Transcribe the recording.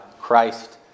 Christ